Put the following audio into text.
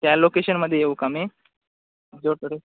त्या लोकेशनमध्ये येऊ का मी